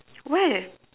where